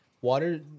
Water